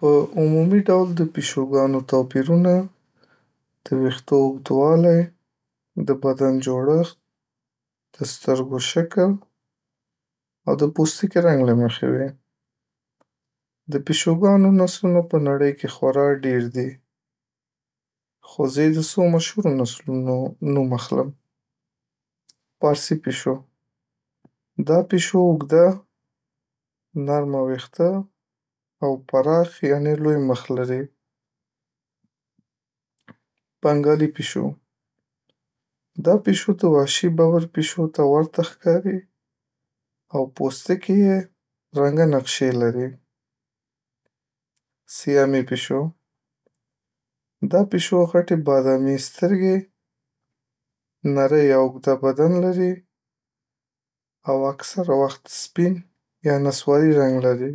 .په عمومی ډول د پیشوګانو توپیرونه د ويښتو اوږدوالی، د بدن جوړښت، د سترګو شکل او د پوستکي رنګ له مخې وي .د پیشوګانو نسلونه په نړۍ کې خورا ډیر دي خو زه یی د څو مشهورو نسلونو نوم اخلم .پارسی پیشو: دا پیشو اوږده، نرمه ویښته او پراخ یعنی لوی مخ لري .بنګالی پیشو: دا پیشو د وحشی ببر پیشو ته ورته ښکاري او پوستکی یې رنګه نقشي لري .سیامی پیشو: دا پیشو غټی بادامي سترګي، نرۍ او اوږده بدن لري او اکثره وخت سپین یا نصواری رنګ لري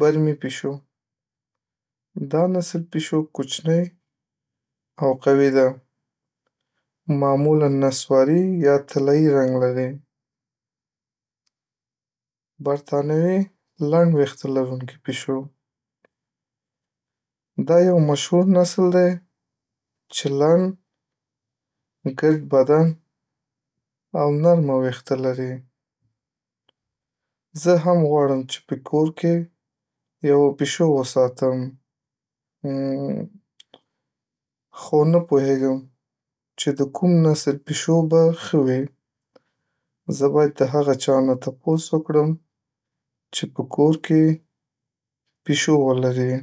.برمی پیشو: دا نسل پیشو کوچنۍاو قوی ده معمولا نصواری یا طلايي رنګ لري .برتانوي لنډ ویښته لرونکي پیشو: دا یو مشهور نسل دی چې لنډ، ګرد بدن او نرمه ویښته لري .خو نه پوهیږم چې د کوم نسل پیشو به ښه وي زه باید د هغه چا نه تپوس وکړم چې په کور کې پیشو ولري زه هم غواړم چې په کور کې یوه پیشو وساتم